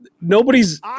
Nobody's